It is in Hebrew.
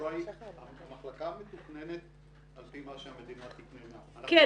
המחלקה מתוכננת על פי מה שהמדינה תקננה -- כן,